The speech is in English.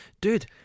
Dude